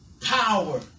power